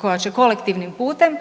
koja će kolektivnim putem